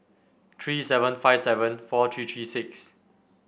three seven five seven four three three six